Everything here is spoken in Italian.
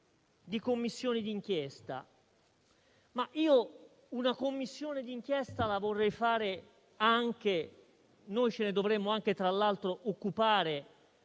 di Commissioni di inchiesta. Una commissione di inchiesta la vorrei fare anche - ce ne dovremmo occupare, tra l'altro - su